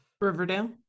riverdale